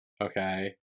Okay